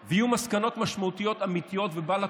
ביקורים, אותו דבר.